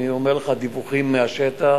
אני אומר לך דיווחים מהשטח.